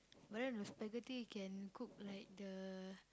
but then the spaghetti can cook like the